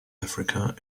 africa